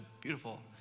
beautiful